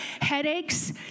Headaches